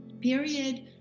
Period